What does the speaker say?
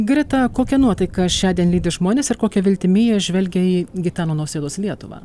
greta kokia nuotaika šiądien lydi žmones ir kokia viltimi jie žvelgia į gitano nausėdos lietuvą